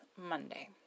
Monday